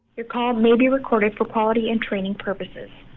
your call may be recorded for quality and training purposes